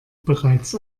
bereits